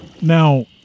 Now